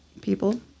people